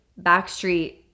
Backstreet